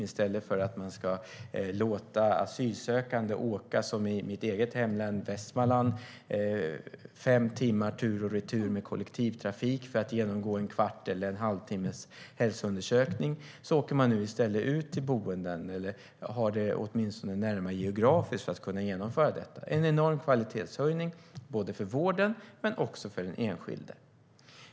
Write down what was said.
I stället för att låta asylsökande åka, som i mitt eget hemlän Västmanland, fem timmar tur och retur med kollektivtrafik för att genomgå en kvarts eller en halvtimmes hälsoundersökning åker man nu ut till boenden eller är åtminstone närmare geografiskt för att kunna genomföra detta. Det är en enorm kvalitetshöjning både för vården och för den enskilde.